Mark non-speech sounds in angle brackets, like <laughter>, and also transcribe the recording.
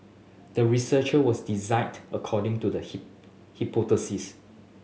the research was designed according to the <unintelligible> hypothesis